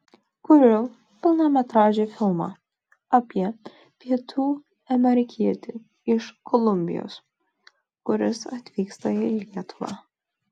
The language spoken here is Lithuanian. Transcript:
kuriu pilnametražį filmą apie pietų amerikietį iš kolumbijos kuris atvyksta į lietuvą